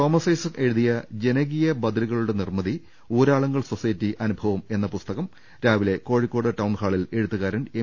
Thomas Isaac എഴുതിയ ജനകീയ ബദ ലുകളുടെ നിർമ്മിതി ഊരാളുങ്കൽ സൊസൈറ്റി അനുഭവം എന്ന പുസ്തകം രാവിലെ കോഴിക്കോട് ടൌൺ ഹാളിൽ എഴു ത്തുകാരൻ എം